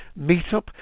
Meetup